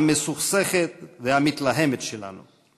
המסוכסכת והמתלהמת שלנו.